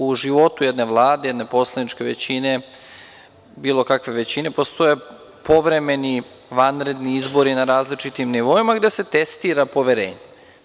U životu jedne Vlade, jedne poslaničke većine, bilo kakve većine postoje povremeni, vanredni izbori na različitim nivoima gde se testira poverenje.